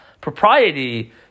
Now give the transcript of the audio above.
propriety